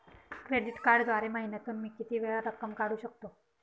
Credit कार्डद्वारे महिन्यातून मी किती वेळा रक्कम काढू शकतो?